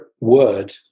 word